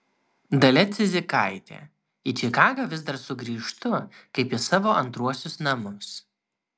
dalia cidzikaitė į čikagą vis dar sugrįžtu kaip į savo antruosius namus